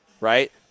right